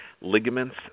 ligaments